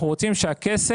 אנחנו רוצים שהכסף,